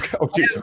okay